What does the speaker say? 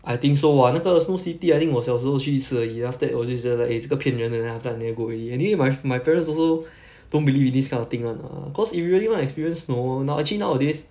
I think so !wah! 那个 snow city I think 我小时候去一次而已 then after that 我就觉得 like eh 这个骗人的 then after that I never go already anyway my my parents also don't believe in this kind of thing [one] ah cause if you really want to experience snow no~ actually nowadays